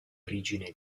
origine